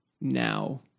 Now